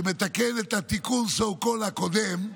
שמתקן את התיקון so called הקודם,